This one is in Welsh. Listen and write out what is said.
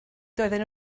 doedden